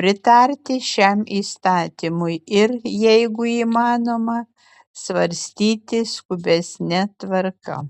pritarti šiam įstatymui ir jeigu įmanoma svarstyti skubesne tvarka